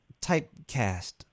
typecast